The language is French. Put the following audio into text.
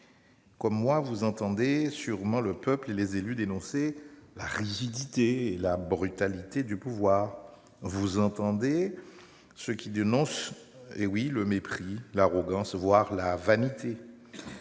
Comme moi, vous entendez sûrement le peuple et les élus dénoncer la rigidité et la brutalité du pouvoir ; vous entendez ceux qui dénoncent- eh oui ! -le mépris, l'arrogance, voire la vanité.